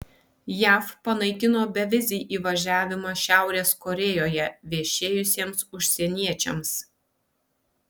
jav panaikino bevizį įvažiavimą šiaurės korėjoje viešėjusiems užsieniečiams